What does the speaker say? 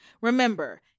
Remember